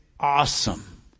Awesome